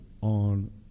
on